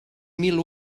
mil